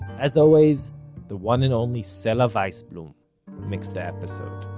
as always, the one and only sela waisblum mixed the episode